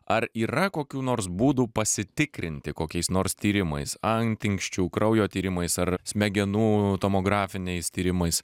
ar yra kokių nors būdų pasitikrinti kokiais nors tyrimais antinksčių kraujo tyrimais ar smegenų tomografiniais tyrimais